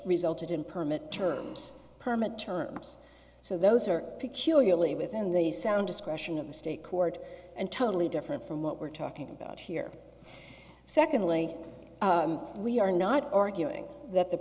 resulted in permit terms permit terms so those are peculiarly within the sound discretion of the state court and totally different from what we're talking about here secondly we are not arguing that the